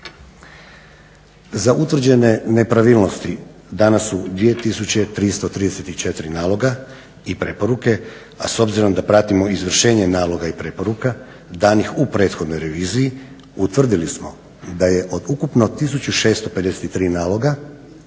Za utvrđene nepravilnosti dana su 2 tisuće 334 naloga i preporuke, a s obzirom da pratimo izvršenje naloga i preporuka danih u prethodnoj reviziji utvrdili smo da od ukupno 1653 naloga